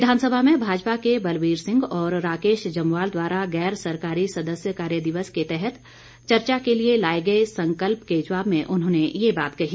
विधानसभा में भाजपा के बलबीर सिंह और राकेश जम्वाल द्वारा गैर सरकारी सदस्य कार्य दिवस के तहत चर्चा के लिए लाए गए संकल्प के जवाब में ये बात कही